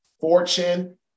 Fortune